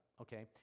okay